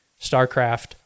Starcraft